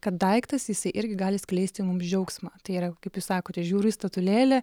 kad daiktas jisai irgi gali skleisti mums džiaugsmą tai yra kaip jūs sakote žiūriu į statulėlę